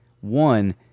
One